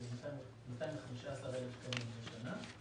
215,000 שקלים לשנה.